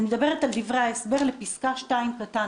אני מדברת על דברי ההסבר לפסקה 2 קטן,